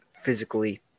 physically